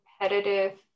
competitive